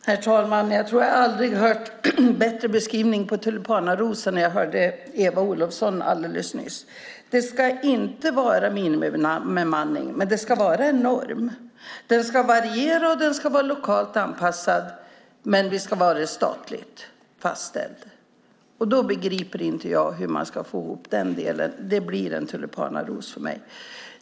Herr talman! Jag tror aldrig att jag hört en bättre beskrivning av tulipanaros än när jag lyssnade på Eva Olofsson alldeles nyss. Det ska inte vara minimibemanning, men det ska vara en norm. Den ska variera och vara lokalt anpassad, men den ska vara statligt fastställd. Hur man ska få ihop detta begriper jag inte. Det blir för mig en tulipanaros.